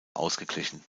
ausgeglichen